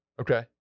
okay